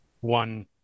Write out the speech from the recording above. One